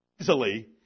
easily